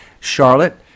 Charlotte